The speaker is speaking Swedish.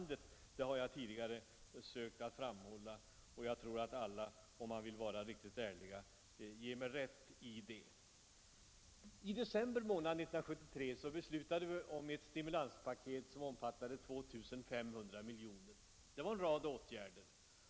Det har jag tidigare sökt att framhålla, och jag tror att alla om de är riktigt ärliga ger mig rätt i detta. I december månad 1973 beslutade vi om ett stimulanspaket som omfattade 2 500 milj.kr. och som upptog en rad åtgärder.